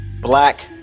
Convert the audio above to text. black